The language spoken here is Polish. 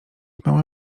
mała